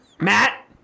Matt